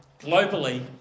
globally